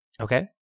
Okay